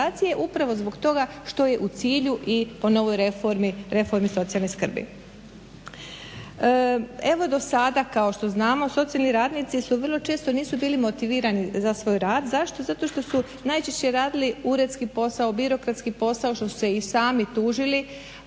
upravo zbog toga što je u cilju i po novoj reformi socijalne skrbi. Evo do sada kao što znamo socijalni radnici su vrlo često nisu bili motivirani za svoj rad. Zašto? Zato što su najčešće radili uredski posao, birokratski posao što su se i sami tužili